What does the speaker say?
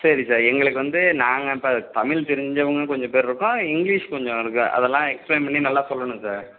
சரி சார் எங்களுக்கு வந்து நாங்கள் இப்போ தமிழ் தெரிஞ்சவங்க கொஞ்சம் பேரு இருக்கோம் இங்கிலீஷ் கொஞ்சம் இருக்கும் அதெல்லாம் எக்ஸ்பிளைன் பண்ணி நல்லா சொல்லணும் சார்